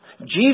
Jesus